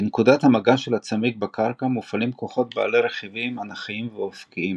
בנקודת המגע של הצמיג בקרקע מופעלים כוחות בעלי רכיבים אנכיים ואופקיים.